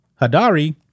Hadari